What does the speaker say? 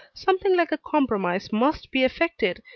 something like a compromise must be effected,